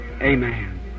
Amen